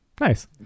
nice